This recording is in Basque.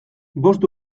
bost